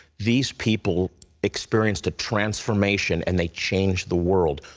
these people experienced a transformation and they changed the world.